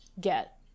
get